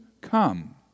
come